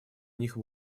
них